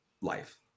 life